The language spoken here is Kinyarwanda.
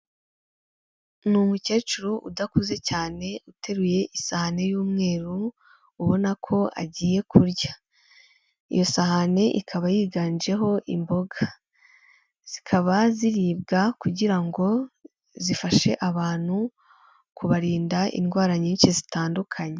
Ni umukecuru udakuze cyane uteruye isahani y'umweru, ubona ko agiye kurya. Iyo sahani ikaba yiganjeho imboga. Zikaba ziribwa kugira ngo zifashe abantu kubarinda indwara nyinshi zitandukanye.